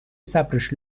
صبرش